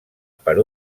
per